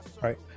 right